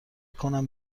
کنم